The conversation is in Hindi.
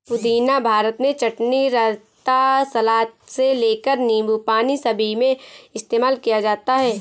पुदीना भारत में चटनी, रायता, सलाद से लेकर नींबू पानी सभी में इस्तेमाल किया जाता है